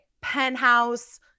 penthouse